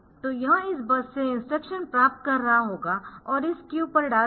तो यह इस बस से इंस्ट्रक्शन प्राप्त कर रहा होगा और इस क्यू पर डाल देगा